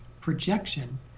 projection